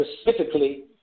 specifically